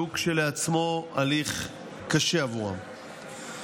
שהוא כשלעצמו הליך קשה עבורם.